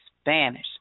Spanish